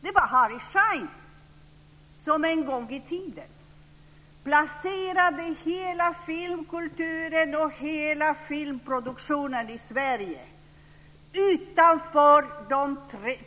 Det var Harry Schein som en gång i tiden placerade hela filmkulturen och hela filmproduktionen i Sverige utanför de